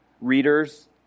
readers